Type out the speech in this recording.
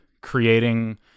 creating